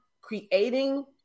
creating